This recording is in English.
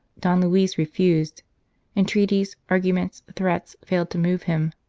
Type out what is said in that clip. don luis refused entreaties, arguments, threats, failed to move him.